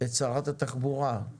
את שרת התחבורה והיא